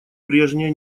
прежняя